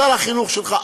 שר החינוך שלך,